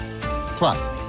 Plus